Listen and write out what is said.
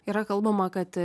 yra kalbama kad